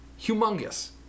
humongous